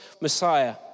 Messiah